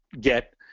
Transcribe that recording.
get